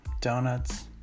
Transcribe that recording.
donuts